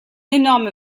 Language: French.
énorme